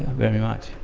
very much.